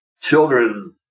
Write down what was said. Children